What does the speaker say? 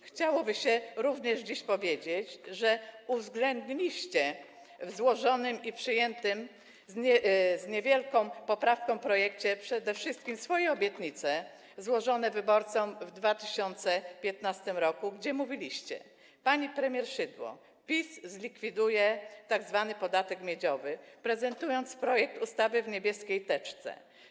Chciałoby się dziś również powiedzieć, że uwzględniliście w złożonym i przyjętym z niewielką poprawką projekcie przede wszystkim swoje obietnice złożone wyborcom w 2015 r., kiedy mówiliście, pani premier Szydło mówiła, że PiS zlikwiduje tzw. podatek miedziowy, prezentując projekt ustawy w niebieskiej teczce.